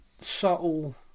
subtle